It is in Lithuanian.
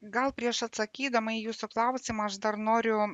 gal prieš atsakydama į jūsų klausimą aš dar noriu